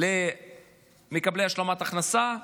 למקבלי השלמת הכנסה,